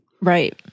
Right